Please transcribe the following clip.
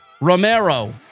Romero